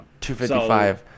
.255